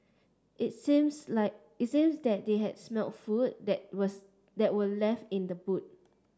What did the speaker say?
it seems like it seems that they had smelt food that was that were left in the boot